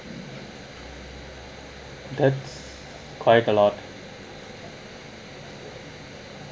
that's quite a lot